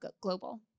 global